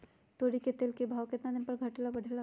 तोरी के तेल के भाव केतना दिन पर घटे ला बढ़े ला?